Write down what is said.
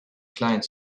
client